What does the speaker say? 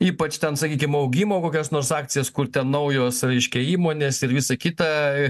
ypač ten sakykim augimo kokias nors akcijas kur ten naujos reiškia įmonės ir visa kita